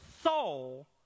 soul